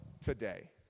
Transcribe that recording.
today